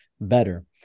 better